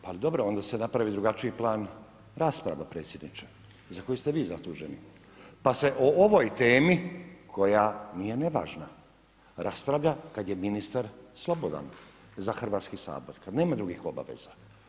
Pa dobro, onda se napravi drugačiji plan rasprava predsjedniče, za koje ste vi zaduženi, pa se o ovom temi koja nevažna raspravlja kad je ministar slobodan za Hrvatski sabor, kad nema drugih obaveza.